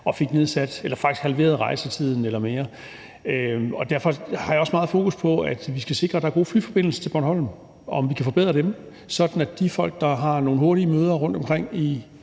Man fik faktisk mere end halveret rejsetiden. Derfor har jeg også meget fokus på, at vi skal sikre, at der er gode flyforbindelser til Bornholm, og at vi kan forbedre dem, sådan at de folk, der har nogle hurtige møder rundtomkring,